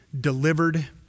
delivered